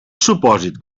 supòsit